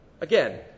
Again